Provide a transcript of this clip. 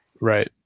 Right